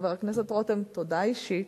חבר הכנסת רותם, תודה אישית.